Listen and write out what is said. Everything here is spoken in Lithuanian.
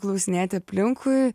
klausinėti aplinkui